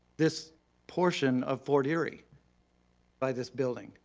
this portion of fort erie by this building.